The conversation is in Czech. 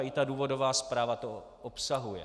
I důvodová zpráva to obsahuje.